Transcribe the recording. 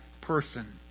person